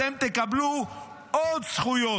אתם תקבלו עוד זכויות.